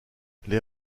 les